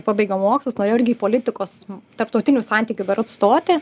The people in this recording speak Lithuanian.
pabaigiau mokslus norėjau irgi į politikos tarptautinių santykių berods stoti